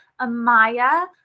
Amaya